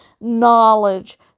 knowledge